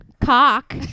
cock